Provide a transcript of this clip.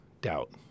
doubt